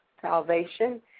salvation